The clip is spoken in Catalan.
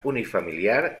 unifamiliar